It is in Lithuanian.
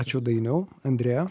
ačiū dainiau andreja